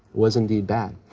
was indeed bad.